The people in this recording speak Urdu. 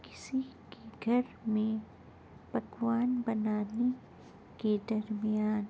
کسی کے گھر میں پکوان بنانے کے درمیان